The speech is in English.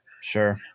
Sure